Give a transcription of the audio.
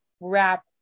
wrap